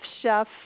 Chef